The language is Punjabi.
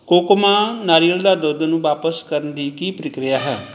ਕੋਕੋਮਾ ਨਾਰੀਅਲ ਦਾ ਦੁੱਧ ਨੂੰ ਵਾਪਿਸ ਕਰਨ ਦੀ ਕੀ ਪ੍ਰਕਿਰਿਆ ਹੈ